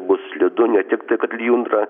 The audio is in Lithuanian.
bus slidu ne tiktai kad lijundra